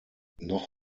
noch